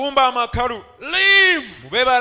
Leave